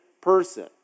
person